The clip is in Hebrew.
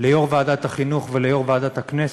ליו"ר ועדת החינוך וליו"ר ועדת הכנסת,